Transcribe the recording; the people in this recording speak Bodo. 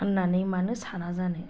होननानै मानो साना जानो